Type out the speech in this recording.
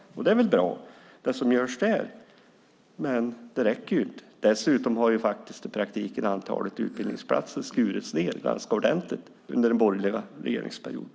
Och det är bra, det som görs där, men det räcker inte. Dessutom har i praktiken antalet utbildningsplatser skurits ned ganska ordentligt under den borgerliga regeringsperioden.